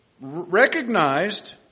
recognized